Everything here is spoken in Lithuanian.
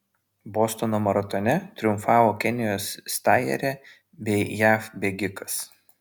bostono maratone triumfavo kenijos stajerė bei jav bėgikas